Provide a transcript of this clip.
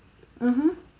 mmhmm